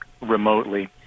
remotely